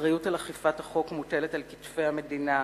האחריות לאכיפת החוק מוטלת על כתפי המדינה,